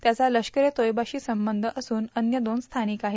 त्याचा लष्कर ए तोयबाशी संबंध असून अन्य दोन स्थानिक आहेत